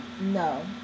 no